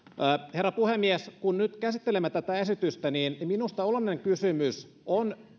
herra puhemies kun nyt käsittelemme tätä esitystä niin minusta olennainen kysymys on